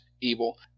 evil